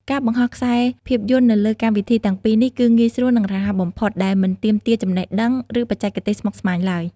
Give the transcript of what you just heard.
ការបង្ហោះខ្សែភាពយន្តនៅលើកម្មវិធីទាំងពីរនេះគឺងាយស្រួល និងរហ័សបំផុត ដែលមិនទាមទារចំណេះដឹង ឬបច្ចេកទេសស្មុគស្មាញឡើយ។